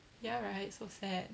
ya right so sad